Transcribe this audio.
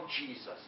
Jesus